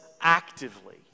actively